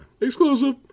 Exclusive